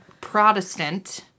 Protestant